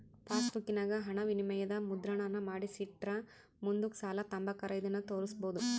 ಪಾಸ್ಬುಕ್ಕಿನಾಗ ಹಣವಿನಿಮಯದ ಮುದ್ರಣಾನ ಮಾಡಿಸಿಟ್ರ ಮುಂದುಕ್ ಸಾಲ ತಾಂಬಕಾರ ಇದನ್ನು ತೋರ್ಸ್ಬೋದು